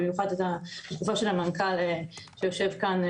במיוחד בתקופה של המנכ"ל שיושב כאן,